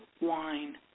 wine